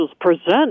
present